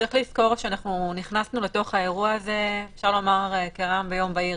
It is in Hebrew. צריך לזכור שאנחנו נכנסנו לתוך האירוע הזה כרעם ביום בהיר.